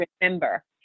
remember